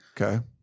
Okay